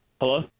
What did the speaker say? Hello